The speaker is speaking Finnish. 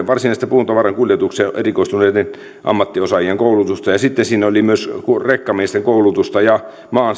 varsinaisen puutavaran kuljetukseen erikoistuneita ammattiosaajia ja sitten siellä oli myös rekkamiesten koulutusta ja